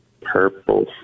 Purple